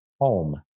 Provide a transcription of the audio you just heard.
home